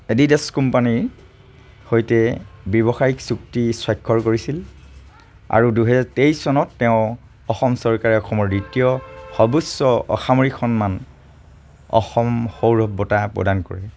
Adidas কোম্পানীৰ সৈতে ব্যৱসায়িক চুক্তি স্বাক্ষৰ কৰিছিল আৰু দুহেজাৰ তেইছ চনত তেওঁক অসম চৰকাৰে অসমৰ দ্বিতীয় সৰ্বোচ্চ অসামৰিক সন্মান অসম সৌৰভ বঁটা প্ৰদান কৰে